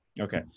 Okay